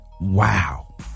wow